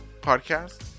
podcast